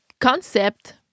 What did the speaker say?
concept